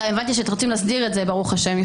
גם הבנתי שרוצים להסדיר את זה, ברוך השם.